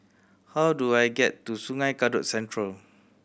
how do I get to Sungei Kadut Central